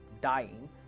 dying